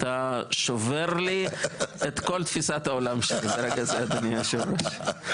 אתה שובר לי את כל תפיסת העולם שלי ברגע זה אדוני היושב ראש.